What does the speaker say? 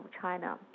China